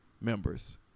members